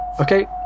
Okay